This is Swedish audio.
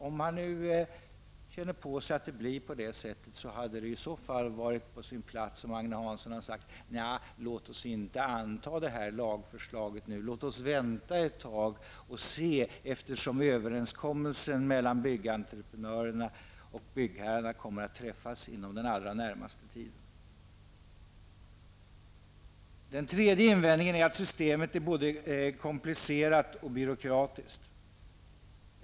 Om Agne Hansson känner på sig att det skall bli på det sättet, hade det varit på sin plats att han hade sagt att vi inte skall anta lagförslaget nu utan vänta ett tag och se eftersom överenskommelsen mellan byggentreprenörerna och byggherrarna kommer att träffas inom den allra närmaste tiden. Den tredje invändningen är att systemet är både komplicerat och byråkratiskt.